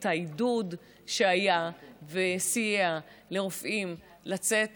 את העידוד שהיה וסייע לרופאים לצאת